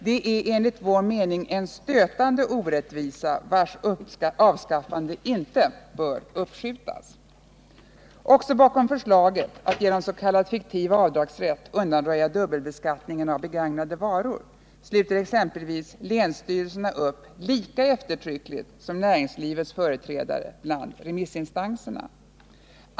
Detta är enligt vår mening en stötande orättvisa, vars avskaffande inte bör uppskjutas. Även bakom förslaget att genom s.k. fiktiv avdragsrätt undanröja dubbelbeskattningen av begagnade varor sluter exempelvis länsstyrelserna upp lika eftertryckligt som näringslivets företrädare bland remissinstanserna.